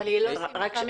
רגע.